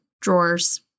drawers